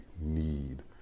need